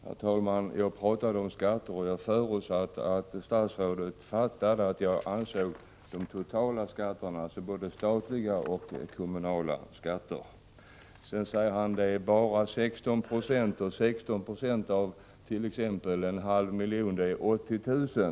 Herr talman! Jag talade om skatter. Jag förutsatte att statsrådet skulle förstå att jag då avsåg skatterna totalt sett, alltså både den statliga och den kommunala skatten. Finansministern nämner siffran 16 26. Men 16 26 av 0,5 miljoner människor är ju detsamma som 80 000.